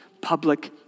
public